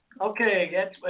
Okay